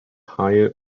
higher